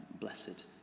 blessed